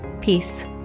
Peace